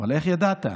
ואללה, איך ידעת?